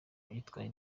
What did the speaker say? yitwaye